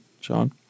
Sean